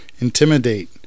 intimidate